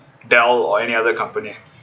dell or any other company